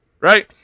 Right